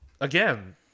Again